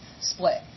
split